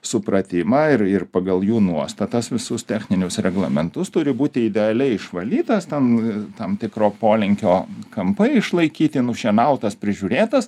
supratimą ir ir pagal jų nuostatas visus techninius reglamentus turi būti idealiai išvalytas ten tam tikro polinkio kampai išlaikyti nušienautas prižiūrėtas